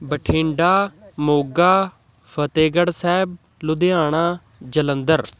Bathinda Moga Fatehgarh Sahib Ludhiana Jalandhar